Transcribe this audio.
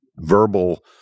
verbal